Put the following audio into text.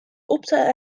optellen